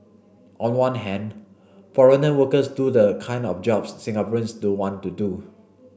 on one hand foreigner workers do the kind of jobs Singaporeans don't want to do